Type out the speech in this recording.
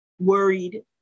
worried